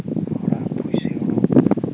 ᱦᱚᱲᱟᱜ ᱯᱚᱭᱥᱟᱹ